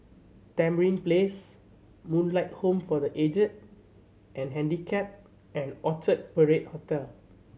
Tamarind Place Moonlight Home for The Aged and Handicapped and Orchard Parade Hotel